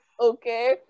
okay